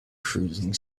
cruising